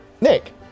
Nick